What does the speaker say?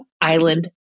Island